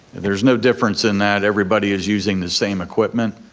there's no difference in that, everybody is using the same equipment,